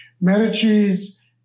Medici's